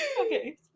Okay